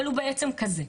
אבל הוא בעצם כזה.